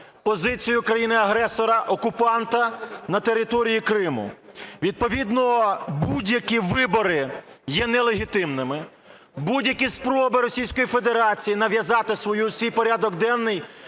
позицію країни-агресора, окупанта на території Криму. Відповідно будь-які вибори є нелегітимними. Будь-які спроби Російської Федерації нав'язати свій порядок денний